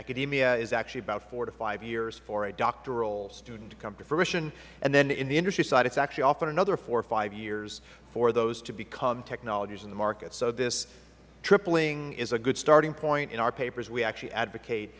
academia is actually about four to five years for a doctoral student to come to fruition and then in the industry side it is actually often another four or five years for them to become technologies in the market so this tripling is a good starting point in our papers we actually advocate